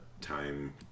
time